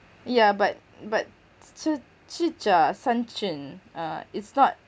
yeah but but chi~ chicha san chen ah is not